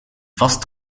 vast